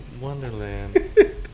Wonderland